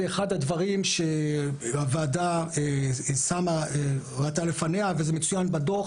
זה אחד הדברים שהוועדה ראתה לפניה וזה מצוין בדוח